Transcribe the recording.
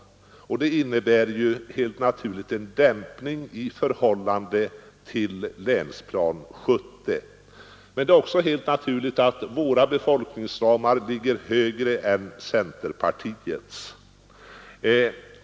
Det innebär helt naturligt en dämpning i förhållande till Länsplan 70. Det är också helt naturligt att våra befolkningsramar ligger högre än centerpartiets.